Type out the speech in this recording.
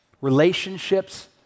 Relationships